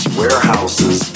warehouses